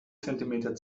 zentimeter